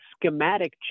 schematic